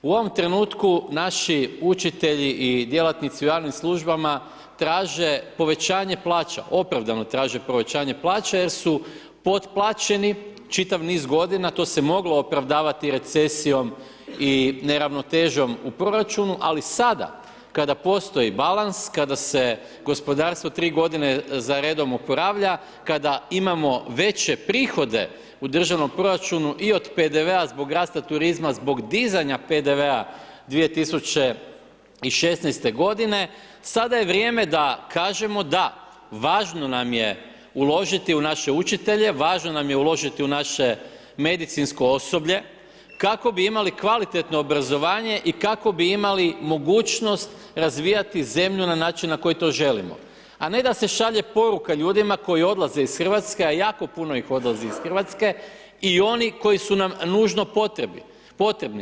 U ovom trenutku naši učitelji i djelatnici u javnim službama, traže povećanja plaća, opravdano traže povećanje plaće, jer su potplaćeni, čitav niz g. To se je moglo opravdavati recesijom i neravnotežom u proračunu, ali sada kada postoji balans, kada se gospodarstvo 3 g. za redom oporavlja, kada imamo veće prihode u državnom proračunu i od PDV-a zbog rasta turizma, zbog dizanja PDV-a 2016. g. sada je vrijeme da kažemo, da važno nam je uložiti u naše učitelje, važno nam je uložiti u naše medicinsko osoblje, kako bi imali kvalitetno obrazovanje i kako bi imali mogućnost razvijati zemlju na način na koji to želimo, a ne da se šalje poruka ljudima koji odlaze iz Hrvatske, a jako puno ih odlazi iz Hrvatske, i oni koji su nam nužno potrebni.